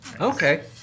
Okay